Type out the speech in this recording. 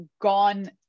gone